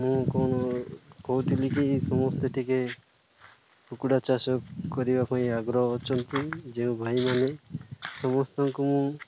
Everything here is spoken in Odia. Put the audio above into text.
ମୁଁ କ'ଣ କହୁଥିଲି କି ସମସ୍ତେ ଟିକେ କୁକୁଡ଼ା ଚାଷ କରିବା ପାଇଁ ଆଗ୍ରହ ଅଛନ୍ତି ଯେଉଁ ଭାଇମାନେ ସମସ୍ତଙ୍କୁ ମୁଁ